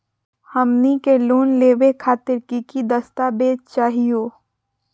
हमनी के लोन लेवे खातीर की की दस्तावेज चाहीयो?